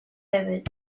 hefyd